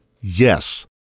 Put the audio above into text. yes